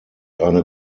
eine